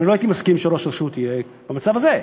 אני לא הייתי מסכים שראש רשות יהיה במצב הזה.